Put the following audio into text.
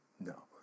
No